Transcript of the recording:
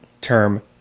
term